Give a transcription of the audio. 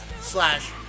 slash